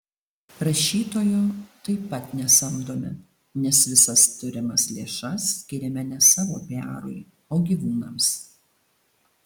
rašytojo taip pat nesamdome nes visas turimas lėšas skiriame ne savo piarui o gyvūnams